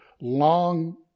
long